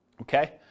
Okay